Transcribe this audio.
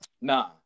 Nah